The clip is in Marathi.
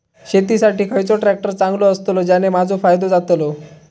शेती साठी खयचो ट्रॅक्टर चांगलो अस्तलो ज्याने माजो फायदो जातलो?